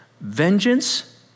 vengeance